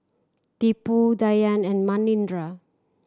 Tipu Dhyan and Manindra